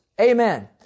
Amen